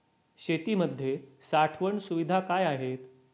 शेतीमध्ये साठवण सुविधा काय आहेत?